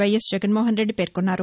YS Jaganmohan Reddy పేర్కొన్నారు